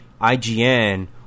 IGN